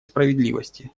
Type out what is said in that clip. справедливости